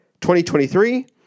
2023